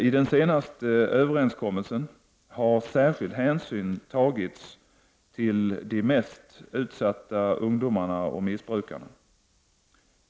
I den senaste överenskommelsen har särskild hänsyn tagits till de mest utsatta ungdomarna och missbrukarna.